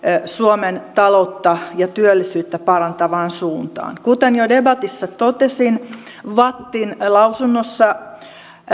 suomen taloutta ja työllisyyttä parantavaan suuntaan kuten jo debatissa totesin vattin lausunnossa